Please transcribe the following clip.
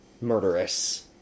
murderous